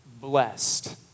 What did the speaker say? blessed